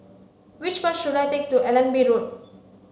which bus should I take to Allenby Road